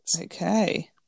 Okay